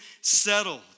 settled